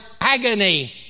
agony